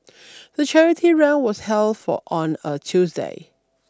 the charity run was held on a Tuesday